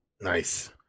Nice